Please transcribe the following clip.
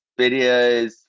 videos